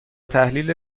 تحلیل